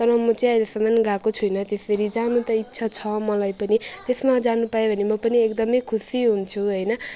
तर म चाहिँ अहिलेसम्म गएको छुइनँ त्यसरी जानु त इच्छा छ मलाई पनि त्यसमा जानु पाएँ भने म पनि एकदमै खुसी हुन्छु होइन